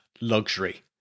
luxury